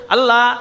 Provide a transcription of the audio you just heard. Allah